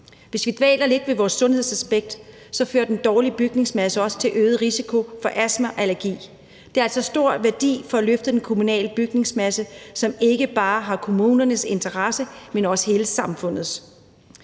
Hvis vi dvæler lidt ved vores sundhedsaspekt, fører den dårlige bygningsmasse også til en øget risiko for astma og allergi. Det har altså en stor værdi at løfte den kommunale bygningsmasse, som ikke bare har kommunernes interesse, men også hele samfundets.